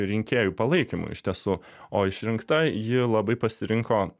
rinkėjų palaikymu iš tiesų o išrinkta ji labai pasirinko